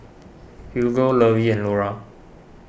Hugo Lovie and Lora